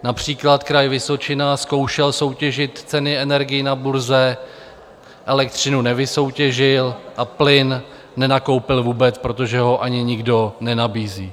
Například Kraj Vysočina zkoušel soutěžit ceny energií na burze, elektřinu nevysoutěžil a plyn nenakoupil vůbec, protože ho ani nikdo nenabízí.